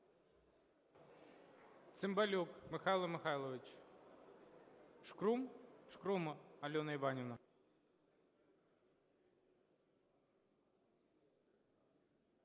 Цимбалюк Михайло Михайлович. Шкрум? Шкрум Альона Іванівна.